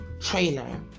Trailer